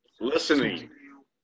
Listening